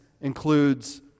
includes